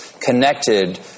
connected